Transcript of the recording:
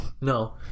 no